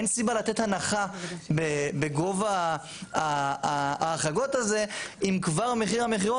אין סיבה לתת הנחה בגובה ההחרגות אם כבר מחיר המחירון